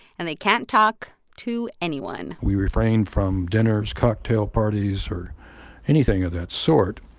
and they can't talk to anyone we refrain from dinners, cocktail parties or anything of that sort.